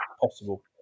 possible